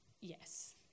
Yes